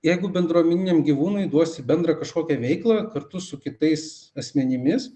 jeigu bendruomeniniam gyvūnui duosi bendrą kažkokią veiklą kartu su kitais asmenimis